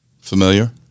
Familiar